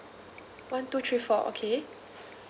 one two three four okay